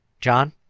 John